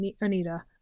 Anita